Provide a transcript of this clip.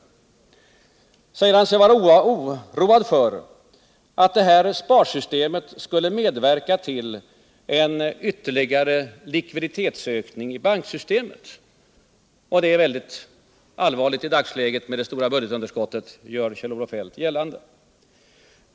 Han säger sig vara orolig för att detta sparsystem skall medverka till en ytterligare likviditetsökning i banksystemet och gör gällande att detta är väldigt allvarligt i dagsläget med det stora budgetunderskottet.